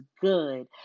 good